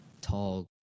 tall